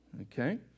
Okay